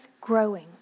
growing